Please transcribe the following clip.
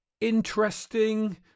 interesting